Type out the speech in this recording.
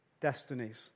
destinies